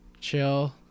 chill